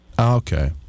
Okay